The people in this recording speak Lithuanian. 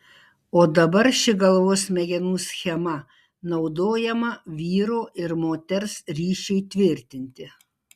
o dabar ši galvos smegenų schema naudojama vyro ir moters ryšiui tvirtinti